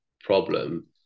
problem